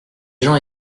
gens